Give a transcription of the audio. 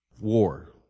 war